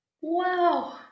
Wow